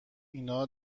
اینا